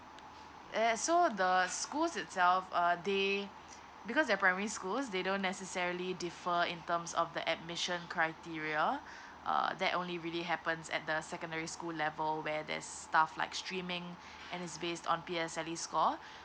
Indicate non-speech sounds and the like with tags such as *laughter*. y~ ya so the schools itself uh they because they're primary schools they don't necessarily differ in terms of the admission criteria *breath* uh that only really happens at the secondary school level where there's stuff like streaming and is based on P_S_L_E score *breath*